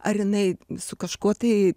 ar jinai su kažkuo tai